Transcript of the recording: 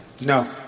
No